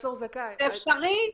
זה אפשרי,